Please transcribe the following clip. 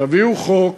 תביאו חוק.